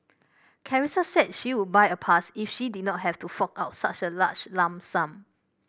Carissa said she would buy a pass if she did not have to fork out such a large lump sum